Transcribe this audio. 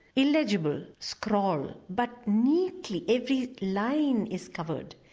illegible scrawl, but neatly every line is covered.